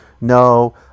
No